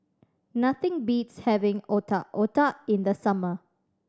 nothing beats having Otak Otak in the summer